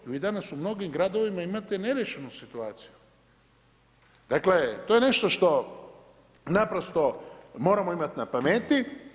Oni danas u mnogim gradovima imate neriješenu situaciju, dakle to je nešto što naprosto moramo imati na pameti.